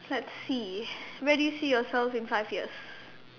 let's see where do you see yourself in five years